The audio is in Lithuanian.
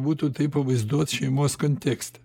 būtų tai pavaizduot šeimos kontekste